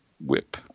Whip